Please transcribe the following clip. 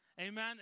Amen